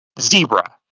Zebra